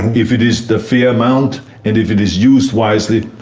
if it is the fair amount and if it is used wisely.